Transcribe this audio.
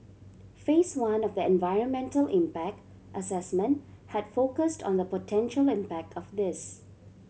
Phase One of the environmental impact assessment had focused on the potential impact of this